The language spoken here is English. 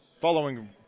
Following